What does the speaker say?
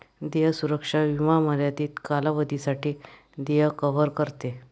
देय सुरक्षा विमा मर्यादित कालावधीसाठी देय कव्हर करते